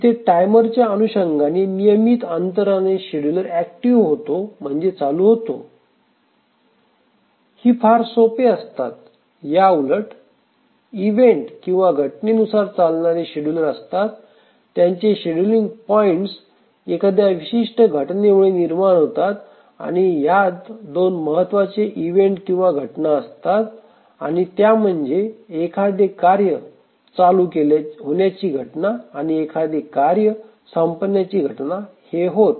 इथे टायमरच्या अनुषंगाने नियमित अंतराने शेड्युलर ऍक्टिव्ह होतो म्हणजे चालू होतो ही फार सोपे असतात याउलट इव्हेंट किंवा घटनेनुसार चालणारे शेड्युलर असतात त्यांचे शेड्युलिंग पॉइंट्स एखाद्या विशिष्ट घटनेमुळे निर्माण होतात आणि ह्यात दोन महत्त्वाचे इव्हेंट किंवा घटना असतात आणि त्या म्हणजे एखादे कार्य चालू होण्याची घटना आणि एखादी कार्य संपण्याची घटना हे होत